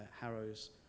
Harrow's